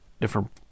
different